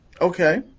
Okay